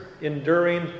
enduring